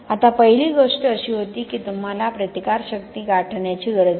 आता पहिली गोष्ट अशी होती की तुम्हाला प्रतिकारशक्ती गाठण्याची गरज आहे